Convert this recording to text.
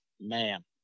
man